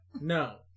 No